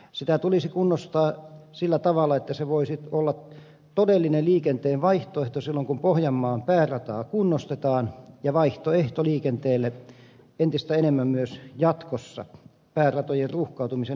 sitä tulisi kunnostaa sillä tavalla että se voisi olla todellinen liikenteen vaihtoehto silloin kun pohjanmaan päärataa kunnostetaan ja vaihtoehto liikenteelle entistä enemmän myös jatkossa pääratojen ruuhkautumisen estämiseksi